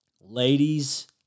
ladies